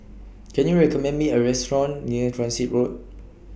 Can YOU recommend Me A Restaurant near Transit Road